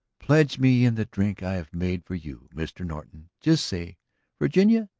pledge me in the drink i have made for you, mr. norton! just say virginia,